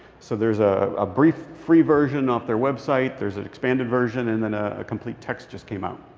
so there's a a brief free version off their website. there's an expanded version and then ah a complete text just came out.